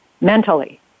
Mentally